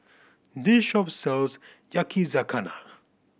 this shop sells Yakizakana